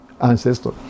ancestor